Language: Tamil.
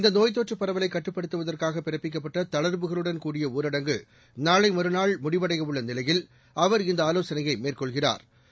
இந்த நோய் தொற்று பரவலை கட்டுப்படுத்துவற்காக பிறப்பிக்கப்பட்ட தளர்வுகளுடன் கூடிய ஊரடங்கு நாளை மறுநாள் முடிவடையவுள்ள நிலையில் அவர் இந்த ஆலோசனையை மேற்கொள்கிறா்